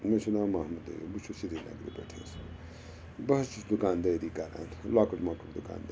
مےٚ چھُ ناو محمد عیوب بہٕ چھُس سریٖنگرٕ پٮ۪ٹھٔے حظ بہٕ حظ چھُس دُکاندٲری کَران لۄکٕٹ مۄکٕٹ دُکاندٲری